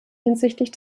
hinsichtlich